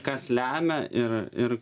kas lemia ir ir